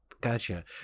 Gotcha